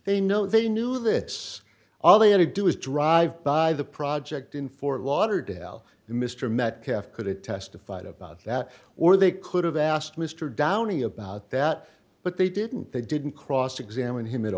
they know they knew this all they had to do is drive by the project in fort lauderdale mr metcalf could it testified about that or they could have asked mr downey about that but they didn't they didn't cross examine him at